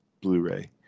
Blu-ray